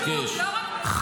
פעולת השתלטות, לא רק מלחמה.